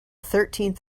thirteenth